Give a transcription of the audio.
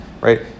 right